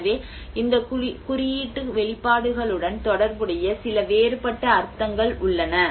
எனவே இந்த குறியீட்டு வெளிப்பாடுகளுடன் தொடர்புடைய சில வேறுபட்ட அர்த்தங்கள் உள்ளன